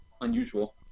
unusual